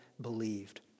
believed